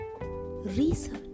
Research